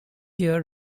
year